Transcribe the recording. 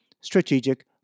strategic